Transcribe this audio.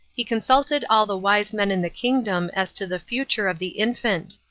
he consulted all the wise men in the kingdom as to the future of the infant.